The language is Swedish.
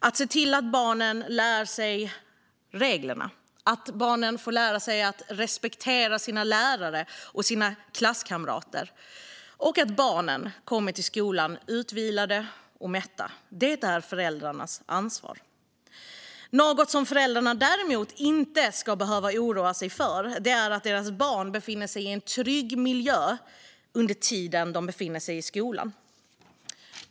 Att se till att barnen lär sig reglerna, att barnen får lära sig att respektera sina lärare och sina klasskamrater och att barnen kommer till skolan utvilade och mätta - det är föräldrarnas ansvar. Något som föräldrarna däremot inte ska behöva oroa sig för är att deras barn befinner sig i en otrygg miljö under tiden de befinner sig i skolan.